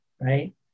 right